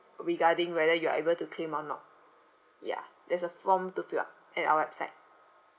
regarding whether you are able to claim or not ya there's a form to fill up at our website